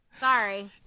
Sorry